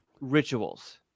rituals